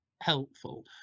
helpful